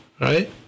right